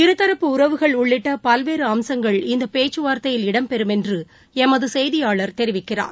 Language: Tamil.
இருதரப்பு உறவுகள் உள்ளிட்ட பல்வேறு அம்சங்கள் இந்த பேச்சுவார்த்தையில் இடம் பெறும் என்று எமது செய்தியாளர் தெரிவிக்கிறார்